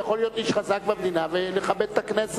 הוא יכול להיות איש חזק במדינה ולכבד את הכנסת.